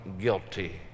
guilty